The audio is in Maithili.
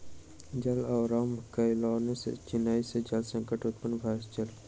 जल अभावक कारणेँ चेन्नई में जल संकट उत्पन्न भ गेल